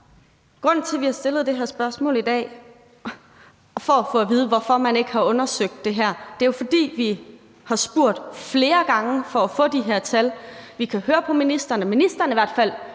grunden til, at vi har stillet det her spørgsmål i dag for at få at vide, hvorfor man ikke har undersøgt det her, jo er, at vi har spurgt flere gange for at få de her tal. Vi kan høre på ministeren, at ministeren i hvert fald